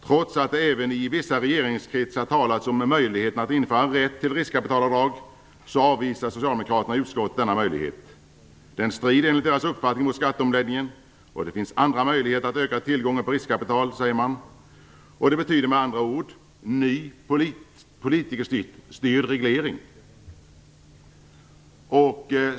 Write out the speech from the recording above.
Trots att det även i vissa regeringskretsar talats om möjligheten att införa rätt till riskkapitalavdrag avvisar socialdemokraterna i utskottet denna möjlighet. Den strider enligt deras uppfattning mot skatteomläggningen, och man säger att det finns andra möjligheter att öka tillgången på riskkapital. Det betyder med andra ord en ny politikerstyrd reglering.